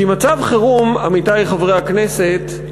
כי מצב חירום, עמיתי חברי הכנסת,